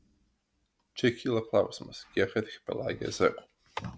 čia kyla klausimas kiek archipelage zekų